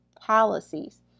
policies